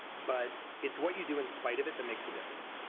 but it's what you do in spite of it that makes a difference.